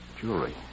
jewelry